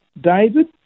David